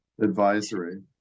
advisory